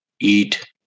eat